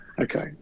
Okay